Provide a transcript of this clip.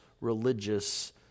religious